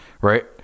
right